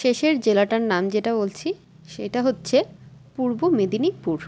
শেষের জেলাটার নাম যেটা বলছি সেটা হচ্ছে পূর্ব মেদিনীপুর